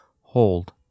Hold